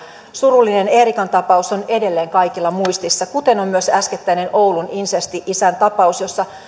surullinen eerikan tapaus on edelleen kaikilla muistissa kuten on myös äskettäinen oulun insesti isän tapaus jossa